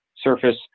surface